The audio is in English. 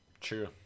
true